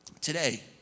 Today